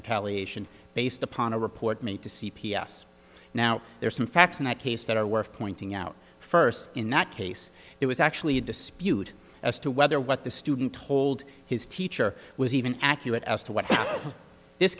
palliation based upon a report me to c p s now there are some facts in that case that are worth pointing out first in that case it was actually a dispute as to whether what the student told his teacher was even accurate as to what this